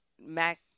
Mac